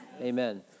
Amen